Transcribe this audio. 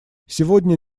сегодня